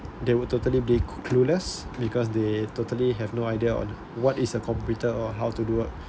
they will totally be clueless because they totally have no idea on what is a computer or how to do what